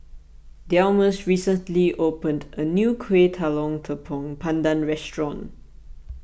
Delmus recently opened a new Kueh Talam Tepong Pandan restaurant